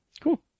cool